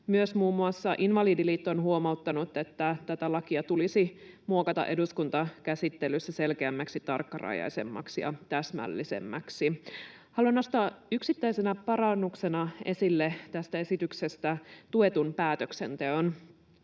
Myös muun muassa Invalidiliitto on huomauttanut, että tätä lakia tulisi muokata eduskuntakäsittelyssä selkeämmäksi, tarkkarajaisemmaksi ja täsmällisemmäksi. Haluan nostaa yksittäisenä parannuksena esille tästä esityksestä tuetun päätöksenteon.